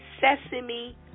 sesame